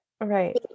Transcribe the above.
Right